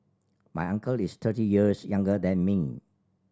my uncle is thirty years younger than me